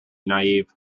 naive